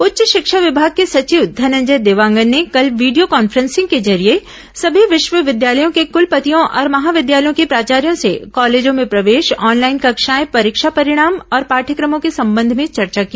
उच्च शिक्षा विभाग के सचिव धनंजय देवांगन ने कल वीडियो कॉन्फ्रेंसिंग के जरिये सभी विश्वविद्यालयों के कलपतियों और महाविद्यालयों के प्राचार्यो से कॉलेजों में प्रवेश ऑनलाइन कक्षाएं परीक्षा परिणाम और पाठ्यक्रमों के संबंध में चर्चा की